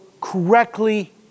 correctly